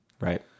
right